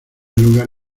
lugar